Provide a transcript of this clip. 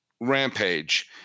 rampage